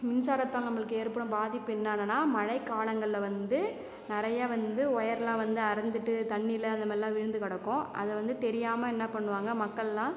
மின்சாரத்தால் நம்பளுக்கு ஏற்படும் பாதிப்பு என்னானன்னா மழை காலங்களில் வந்து நிறைய வந்து ஒயர்லாம் வந்து அறுந்துட்டு தண்ணியில அந்த மாரிலாம் விழுந்து கிடக்கும் அதை வந்து தெரியாமல் என்ன பண்ணுவாங்க மக்கள்லாம்